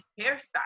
hairstyle